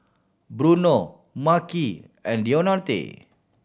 Bruno Makhi and Deonte